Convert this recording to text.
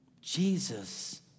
Jesus